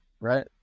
right